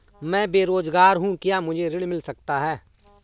मैं बेरोजगार हूँ क्या मुझे ऋण मिल सकता है?